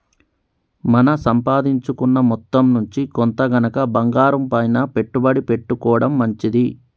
మన సంపాదించుకున్న మొత్తం నుంచి కొంత గనక బంగారంపైన పెట్టుబడి పెట్టుకోడం మంచిది